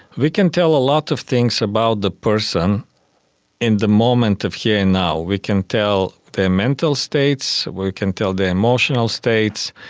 we can tell a lot of things about the person in the moment of here and now. we can tell their mental states, we can tell their emotional states,